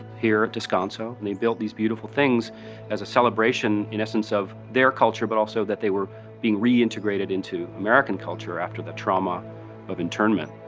here at descanso. they built these beautiful things as a celebration in essence of their culture but also that they were being reintegrated into american culture after the trauma of internment.